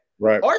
Right